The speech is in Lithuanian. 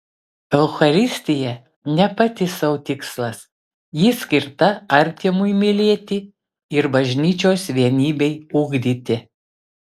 eucharistija ne pati sau tikslas ji skirta artimui mylėti ir bažnyčios vienybei ugdyti